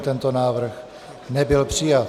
Tento návrh nebyl přijat.